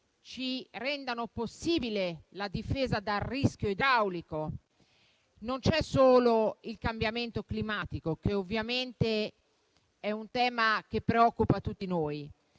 che rendano possibile la difesa dal rischio idraulico. Non c'è solo il cambiamento climatico, che ovviamente preoccupa tutti noi;